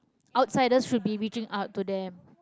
outsiders should be reaching out to them